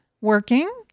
working